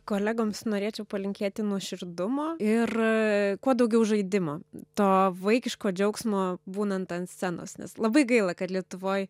kolegoms norėčiau palinkėti nuoširdumo ir kuo daugiau žaidimo to vaikiško džiaugsmo būnant ant scenos nes labai gaila kad lietuvoj